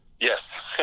Yes